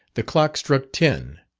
the clock struck ten,